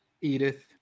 Edith